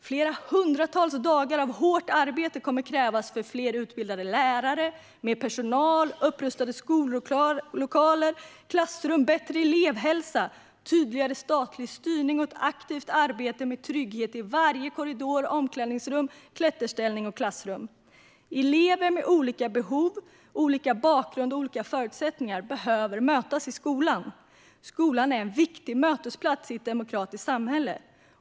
Flera hundratals dagar av hårt arbete kommer att krävas för fler utbildade lärare, mer personal, upprustade skollokaler och klassrum, bättre elevhälsa, tydligare statlig styrning och ett aktivt arbete med trygghet i varje korridor, omklädningsrum, klätterställning och klassrum. Elever med olika behov, bakgrund och förutsättningar behöver mötas i skolan. Skolan är en viktig mötesplats i ett demokratiskt samhälle.